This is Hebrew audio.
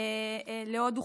לעוד אוכלוסיות.